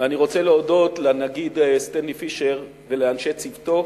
ואני רוצה להודות לנגיד סטנלי פישר ולאנשי צוותו,